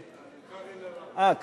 קארין אלהרר.